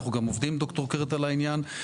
אנחנו גם עובדים עם ד"ר קרת על העניין,